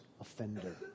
offender